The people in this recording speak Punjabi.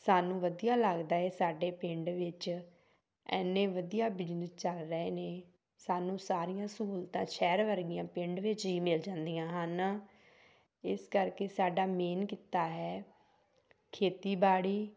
ਸਾਨੂੰ ਵਧੀਆ ਲੱਗਦਾ ਹੈ ਸਾਡੇ ਪਿੰਡ ਵਿੱਚ ਇੰਨੇ ਵਧੀਆ ਬਿਜਨਸ ਚੱਲ ਰਹੇ ਨੇ ਸਾਨੂੰ ਸਾਰੀਆਂ ਸਹੂਲਤਾਂ ਸ਼ਹਿਰ ਵਰਗੀਆਂ ਪਿੰਡ ਵਿੱਚ ਹੀ ਮਿਲ ਜਾਂਦੀਆਂ ਹਨ ਇਸ ਕਰਕੇ ਸਾਡਾ ਮੇਨ ਕਿੱਤਾ ਹੈ ਖੇਤੀਬਾੜੀ